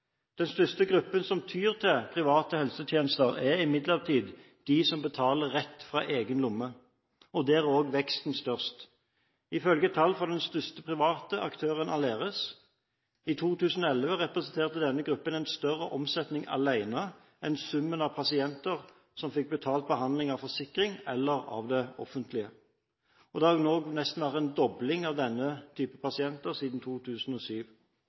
Den største gruppen som tyr til private helsetjenester, er imidlertid dem som betaler rett fra egen lomme. Der er også veksten størst, ifølge tall fra den største private aktøren, Aleris. I 2011 representerte denne gruppen alene en større omsetning enn summen av pasienter som fikk behandling betalt av forsikring eller av det offentlige. Det har nesten vært en dobling av denne typen pasienter siden 2007.